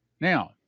Now